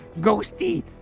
ghosty